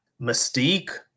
Mystique